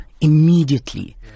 Immediately